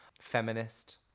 Feminist